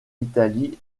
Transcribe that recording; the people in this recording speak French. italie